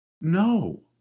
no